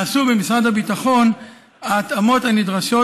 נעשו במשרד הביטחון ההתאמות הנדרשות